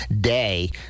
day